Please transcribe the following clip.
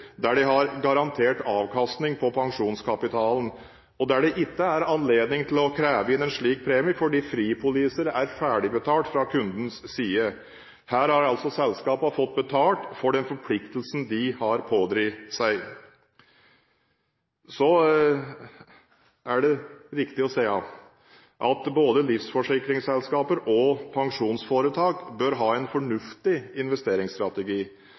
der de har garantert avkastning på pensjonskapitalen, og der de ikke har anledning til å kreve inn en slik premie fordi fripolisene er ferdigbetalt fra kundenes side. Her har altså selskapene fått betalt for den forpliktelsen de har påtatt seg. Så er det riktig å si at både livsforsikringsselskaper og pensjonsforetak bør ha en fornuftig investeringsstrategi.